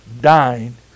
dying